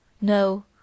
No